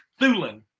Thulin